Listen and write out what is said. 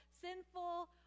sinful